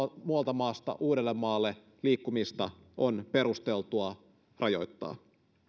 muualta maasta uudellemaalle liikkumista on perusteltua rajoittaa